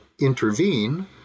intervene